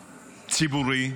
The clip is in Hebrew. הציבורי,